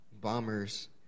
bombers